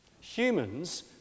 Humans